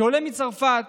כעולה מצרפת